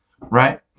right